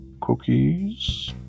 cookies